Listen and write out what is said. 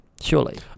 Surely